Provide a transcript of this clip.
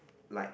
like